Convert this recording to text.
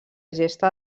gesta